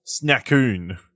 Snackoon